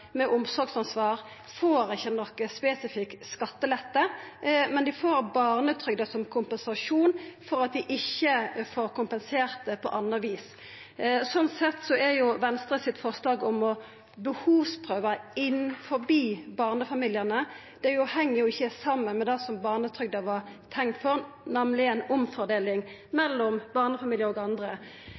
med omsorgsansvar ikkje får nokon spesifikk skattelette, men dei får barnetrygda som ein kompensasjon for at dei ikkje får kompensert det på anna vis. Sånn sett heng jo ikkje Venstres forslag om å behovsprøva mellom barnefamiliane saman med det som barnetrygda var tenkt som, nemleg ei fordeling mellom barnefamiliar og andre.